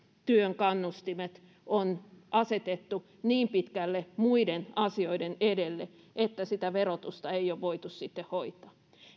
työn kannustimet on asetettu niin pitkälle muiden asioiden edelle että sitä verotusta ei ole voitu sitten hoitaa